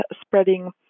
spreading